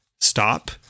stop